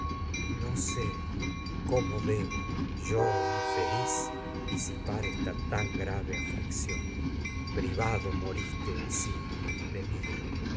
debo yo sé cómo infeliz disipar esta tan grave aflicción privado moriste así de mi